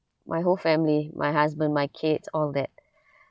my whole family my husband my kids all that